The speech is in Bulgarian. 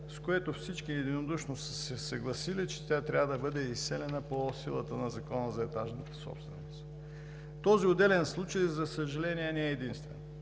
с което всички единодушно са се съгласили, че тя трябва да бъде изселена по силата на Закона за етажната собственост. Този отделен случай, за съжаление, не е единствен.